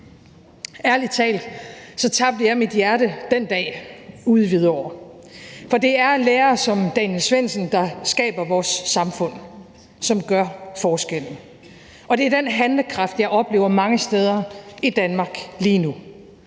Ærlig talt tabte jeg mit hjerte den dag ude i Hvidovre. For det er lærere som Daniel Svendsen, der skaber vores samfund, og som gør forskellen. Det er den handlekraft, jeg oplever mange steder i Danmark lige nu